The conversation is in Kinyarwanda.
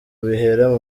bihera